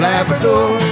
Labrador